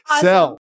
Sell